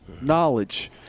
knowledge